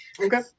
Okay